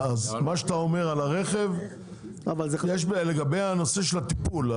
מה שאתה אומר על הרכב הוא לגבי הנושא של הטיפול.